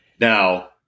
Now